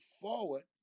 forward